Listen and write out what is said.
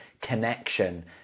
connection